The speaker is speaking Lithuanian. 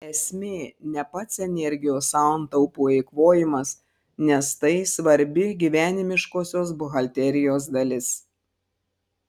esmė ne pats energijos santaupų eikvojimas nes tai svarbi gyvenimiškosios buhalterijos dalis